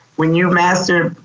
when you mastered,